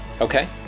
Okay